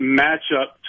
matchup